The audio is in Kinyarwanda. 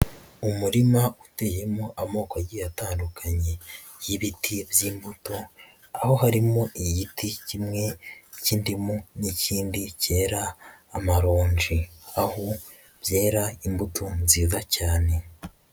Umurima uteyemo amoko agiye atandukanye y'ibiti by'imbuto, aho harimo igiti kimwe cy'indimu n'ikindi cyera amaronji. Aho byera imbuto nziza cyane.